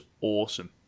awesome